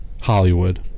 Hollywood